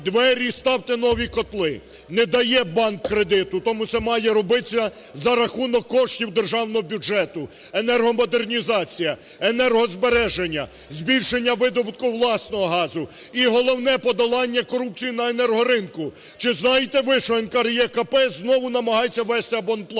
двері, ставте нові котли". Не дає банк кредит. Тому це має робитись за рахунок коштів державного бюджету. Енергомодернізація, енергозбереження, збільшення видобутку власного газу і головне – подолання корупційного енергоринку! Чи знаєте ви, що НКРЕКП знову намагається ввестиабонплату?!